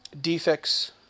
defects